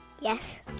Yes